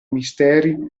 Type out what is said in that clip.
misteri